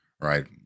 right